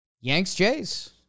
Yanks-Jays